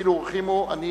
בדחילו ורחימו אני